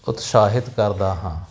ਉਤਸ਼ਾਹਿਤ ਕਰਦਾ ਹਾਂ